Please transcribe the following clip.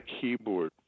keyboard